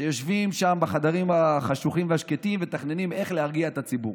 שיושבים שם בחדרים החשוכים והשקטים ומתכננים איך להרגיע את הציבור.